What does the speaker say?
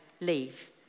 leave